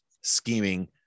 scheming